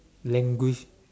language